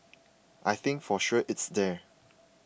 I think for sure it's there